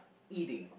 eating